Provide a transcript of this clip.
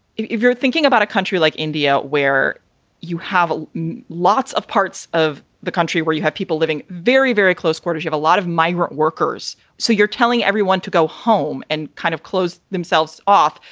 if you're thinking about a country like india, where you have lots of parts of the country, where you have people living very, very close quarters of a lot of migrant workers. so you're telling everyone to go home and kind of close themselves off,